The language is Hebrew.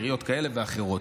לעיריות כאלה ואחרות.